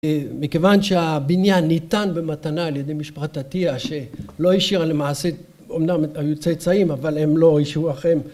מכיוון שהבניין ניתן במתנה על ידי משפחת עטיה שלא השאירה למעשה, אמנם היו צאצאים אבל הם לא אישרו